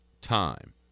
time